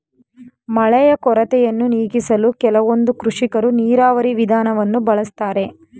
ಮಳೆಯ ಕೊರತೆಯನ್ನು ನೀಗಿಸಲು ಕೆಲವೊಂದು ಕೃಷಿಕರು ನೀರಾವರಿ ವಿಧಾನವನ್ನು ಬಳಸ್ತಾರೆ